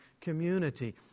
community